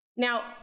Now